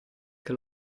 che